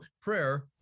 prayer